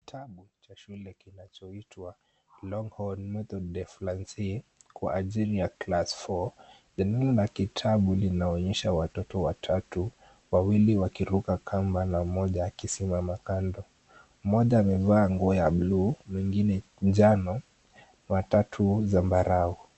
Kitabu cha shule kinachoitwa Longhorn Methode de Francais kwa ajili ya class four . Jalada la kitabu linaonyesha watoto watatu, wawili wakiruka kamba na mmoja akisimama kando. Mmoja amevaa nguo ya bluu, mwingine njano, watatu zambarau.